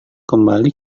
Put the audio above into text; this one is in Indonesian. kembali